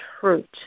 fruit